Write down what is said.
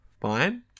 Fine